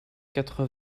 quatre